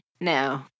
No